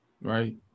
right